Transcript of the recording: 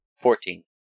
Fourteen